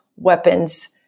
weapons